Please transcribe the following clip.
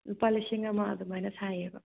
ꯂꯨꯄꯥ ꯂꯤꯁꯤꯡ ꯑꯃ ꯑꯗꯨꯃꯥꯏꯅ ꯁꯥꯏꯌꯦꯕ